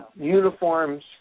uniforms